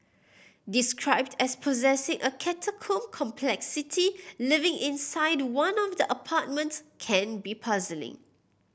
described as possessing a catacomb complexity living inside one of the apartments can be puzzling